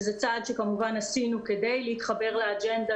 וזה צעד שכמובן עשינו כדי להתחבר לאג'נדה